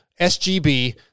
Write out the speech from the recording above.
SGB